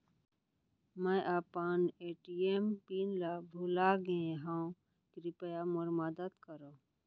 मै अपन ATM PIN ला भूलागे हव, कृपया मोर मदद करव